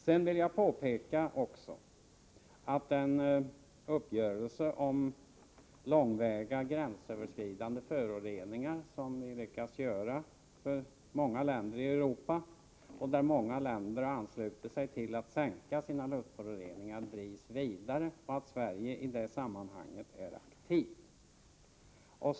Sedan vill jag påpeka beträffande den uppgörelse om långväga gränsöverskridande föroreningar som vi lyckats träffa med många länder i Europa och som innebär att många länder förbundit sig att minska sina luftföroreningar, att det är viktigt att det arbetet drivs vidare och att Sverige i det sammanhanget är aktivt.